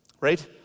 right